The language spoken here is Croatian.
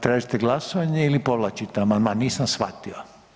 Tražite glasovanje ili povlačite amandman nisam shvatio?